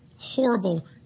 horrible